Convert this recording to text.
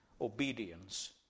obedience